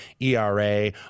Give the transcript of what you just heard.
ERA